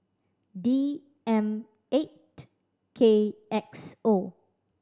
D M eight K X O